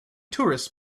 tourists